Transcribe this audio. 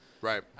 Right